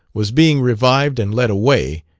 was being revived and led away,